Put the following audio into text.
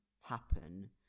happen